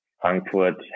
Frankfurt